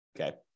Okay